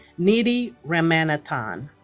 nidhi ramanathan